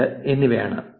52 എന്നിവയാണ്